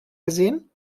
gesehen